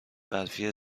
برفی